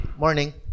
morning